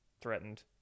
threatened